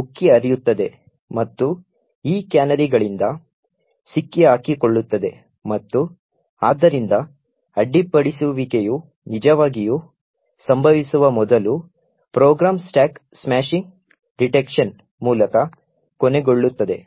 ಉಕ್ಕಿ ಹರಿಯುತ್ತದೆ ಮತ್ತು ಈ ಕ್ಯಾನರಿಗಳಿಂದ ಸಿಕ್ಕಿಹಾಕಿಕೊಳ್ಳುತ್ತದೆ ಮತ್ತು ಆದ್ದರಿಂದ ಅಡ್ಡಿಪಡಿಸುವಿಕೆಯು ನಿಜವಾಗಿಯೂ ಸಂಭವಿಸುವ ಮೊದಲು ಪ್ರೋಗ್ರಾಂ ಸ್ಟಾಕ್ ಸ್ಮಾಶಿಂಗ್ ಡಿಟೆಕ್ಶನ್ ಮೂಲಕ ಕೊನೆಗೊಳ್ಳುತ್ತದೆ